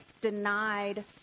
denied